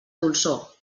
dolçor